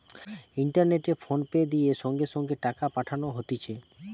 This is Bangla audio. ইন্টারনেটে ফোনপে দিয়ে সঙ্গে সঙ্গে টাকা পাঠানো হতিছে